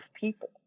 people